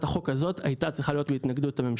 החוק הזאת הייתה צריכה להיות בהתנגדות הממשלה.